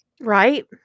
Right